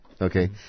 Okay